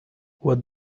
what